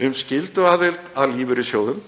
við um skylduaðild að lífeyrissjóðum,